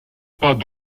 pas